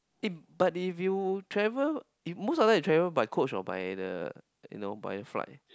eh but if you travel most of the time you travel by coach or by the you know by flight